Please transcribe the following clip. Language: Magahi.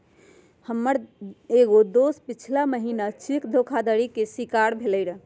हमर एगो दोस पछिला महिन्ना चेक धोखाधड़ी के शिकार भेलइ र